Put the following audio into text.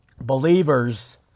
believers